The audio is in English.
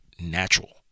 natural